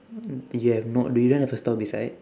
do you have no~ no you don't have a store beside